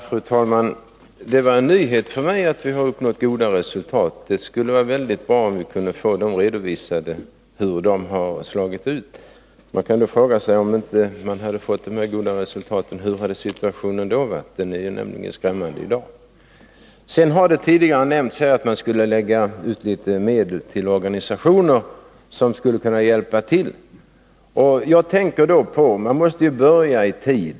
Fru talman! Det var en nyhet för mig att vi har uppnått goda resultat, och det skulle vara väldigt bra om vi kunde få redovisat hur de ser ut. Man kan ju fråga sig: Om vi inte hade fått de här goda resultaten, hur hade situationen då varit? Den är nämligen skrämmande i dag. Det har tidigare nämnts att man skulle lägga ut litet medel till organisationer som skulle kunna hjälpa till. Man måste ju börja i tid.